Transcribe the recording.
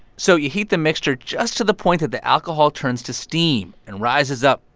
so you heat the mixture just to the point that the alcohol turns to steam and rises up.